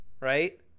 right